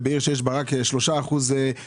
בעוד שעיר שיש בה רק 3% ערבים,